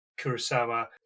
Kurosawa